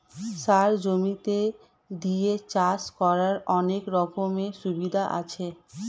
সার জমিতে দিয়ে চাষ করার অনেক রকমের সুবিধা আছে